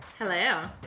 Hello